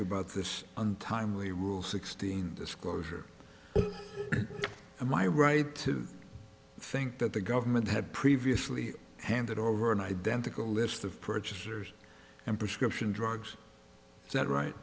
you about this untimely rule sixteen disclosure and my right to think that the government had previously handed over an identical list of purchase there's and prescription drugs that right